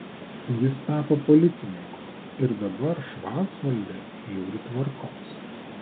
jis tapo policininku ir dabar švarcvalde žiūri tvarkos